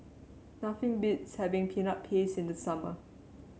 nothing beats having Peanut Paste in the summer